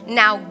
now